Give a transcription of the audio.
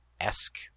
esque